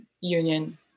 union